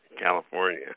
California